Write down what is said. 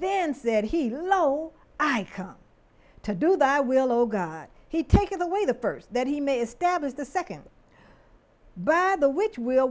then said he lol i come to do that i will oh god he take away the first that he may establish the second but the which will